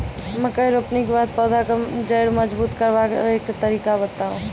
मकय रोपनी के बाद पौधाक जैर मजबूत करबा के तरीका बताऊ?